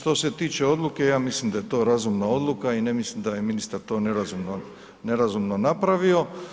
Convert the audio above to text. Što se tiče odluke, ja mislim da je to razumna odluka i ne mislim da je to ministar to nerazumno napravio.